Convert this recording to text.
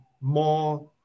more